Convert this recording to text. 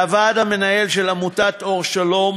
והוועד המנהל של עמותת "אור שלום"